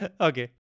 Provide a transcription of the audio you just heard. Okay